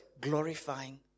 glorifying